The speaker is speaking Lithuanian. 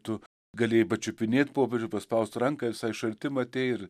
tu galėjai pačiupinėt popiežių paspaust ranką visai iš arti matei ir